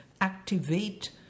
activate